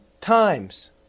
times